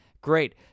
Great